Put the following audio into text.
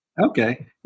Okay